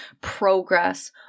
progress